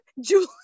Julie